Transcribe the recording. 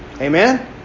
amen